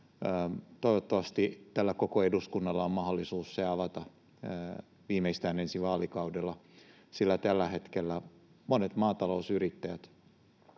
Toivottavasti tällä koko eduskunnalla on mahdollisuus se avata viimeistään ensi vaalikaudella, sillä tällä hetkellä monet maatalousyrittäjät